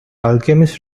alchemist